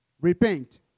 repent